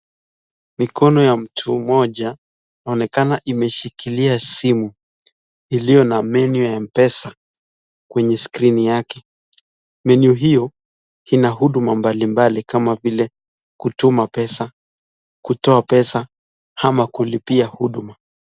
Mikono ya mtu mmoja inaonekana imeshikilia simu iliyo na menu ya mpesa kwenye skrini yake. menu hiyo ina huduma mbalimbali kama vile; kutuma pesa, kutoa pesa ama kulipia huduma.